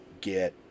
get